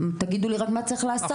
תגידו לי רק מה צריך לעשות.